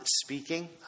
speaking